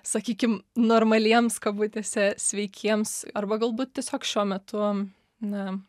sakykim normaliems kabutėse sveikiems arba galbūt tiesiog šiuo metu na